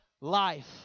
life